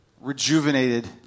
rejuvenated